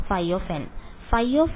വിദ്യാർത്ഥി ϕn